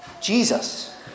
Jesus